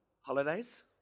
Holidays